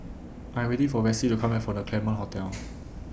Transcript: I Am waiting For Ressie to Come Back from The Claremont Hotel